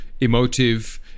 emotive